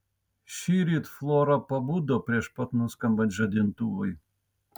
šįryt flora pabudo prieš pat nuskambant žadintuvui